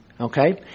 okay